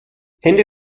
hände